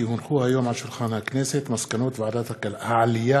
כי הונחו היום על שולחן הכנסת מסקנות ועדת העלייה,